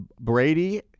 Brady